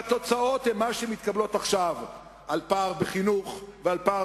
והתוצאות הן מה שמתקבלות עכשיו על פער בחינוך ועל פער